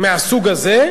מהסוג הזה,